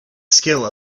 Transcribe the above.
skill